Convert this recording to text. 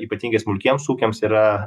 ypatingai smulkiems ūkiams yra